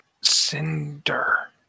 Cinder